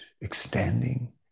extending